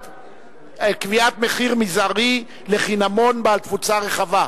קביעת מחיר מזערי לחינמון בעל תפוצה רחבה).